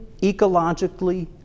ecologically